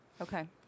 Okay